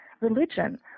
religion